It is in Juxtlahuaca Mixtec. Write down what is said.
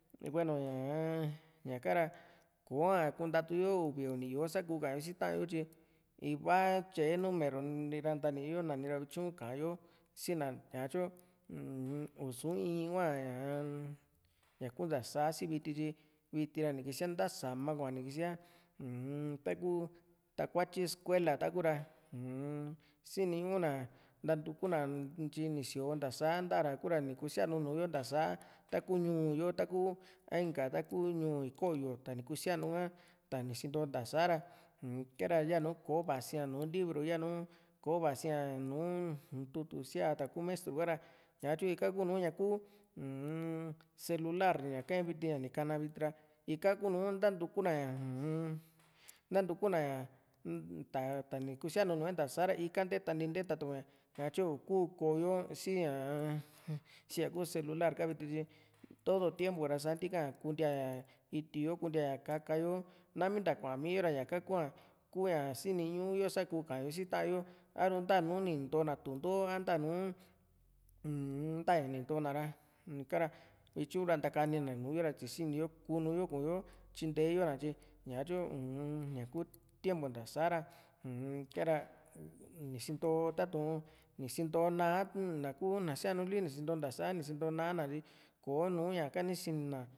hueno ñaa ña´ka ra koa kuntatu yo uvi uni yó´o sa ntatuyo si ta´an yo tyi iva tyae numero niira ntaniyó nanira vityu ka´an yo sina ñatyo uu-m u´su in hua ña ñaku ntasá si viti tyi viti ra nikísia ntasam kua nikísia uu-m taku takutyi escuela taku ra uu-m siniñu na ntantukuna ntyi ni síoo ntasa ntara ku´ra ni kusíanu núu yo ntasa taku ñuu yo taku a inka taku ñuu iko´yo tani kusíanu ha tani sinto ntasa´ra umkara yanu kò´o vasi´a nùù libro yanu ko vasi´a nùù tutu síata ku mestru ka´ra ñatyu ika ku´nu ñaku uu-n celular ña ka´e viti ña ni ka´na viti ra ika kunu nantukuna ña u-m nantukuna ña ta ta nikusíanu nué ntasa´ra ika nteta nti ntetatuá satyu uku ko´yo siña´a sía ku celular yo ka viti tyi todo tiempo ra sa ntika ña kuntía ña iti yo kutía ña kakayo nami nta kua´miyo ra ñaka kua ku{a sini´ñú yo sá kú kaan yo si ta´an yo aru ntanuni ntona tuntoó a ntanu uu-m ntaña ni nto´na ra ikara vityu ntakqanina nú yo ra vityu tyi sini yo ku´nuyo kuyo tyinte yo na tyi ñatyu uu´n ñaku tiempo nta sá ra uu-n ka´ra ni sinto tatu´n ni sinyo ná´a ná ku na sianuli ni sinto ntasa ni sinto ná´na tyi kò´o nuñaka ni sini ná